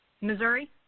Missouri